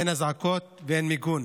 אין אזעקות ואין מיגון.